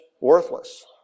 worthless